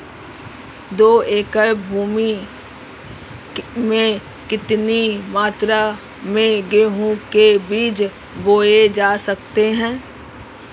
दो एकड़ भूमि में कितनी मात्रा में गेहूँ के बीज बोये जा सकते हैं?